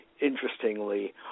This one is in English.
Interestingly